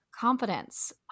Confidence